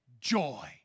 Joy